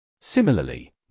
Similarly